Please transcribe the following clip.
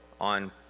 on